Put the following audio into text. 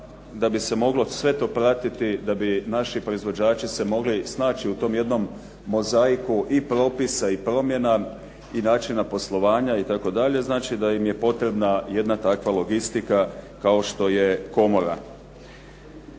da bi se sve to moglo sve to pratiti, da bi naši proizvođači se mogli snaći u tom jednom mozaiku i propisa i promjena i načina poslovanja itd. znači da im je potrebna jedna takva logistika kao što je komora.